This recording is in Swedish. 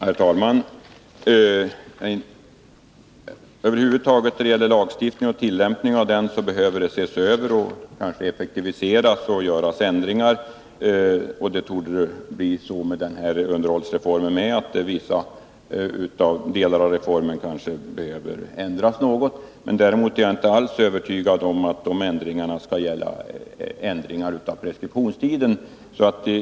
Herr talman! Över huvud taget behöver lagstiftningen och dess tillämpning efter en tid ses över, ändras och kanske effektiviseras. Det torde bli så även med underhållsreformen, att vissa delar kan behöva ändras något. Däremot är jag inte alls övertygad om att de ändringarna skall gälla preskriptionstiden.